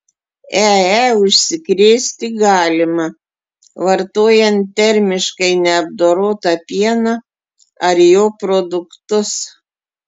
ee užsikrėsti galima vartojant termiškai neapdorotą pieną ar jo produktus